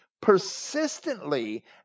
persistently